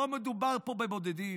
לא מדובר פה בבודדים,